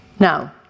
Now